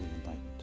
enlightened